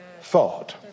thought